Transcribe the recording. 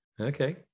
Okay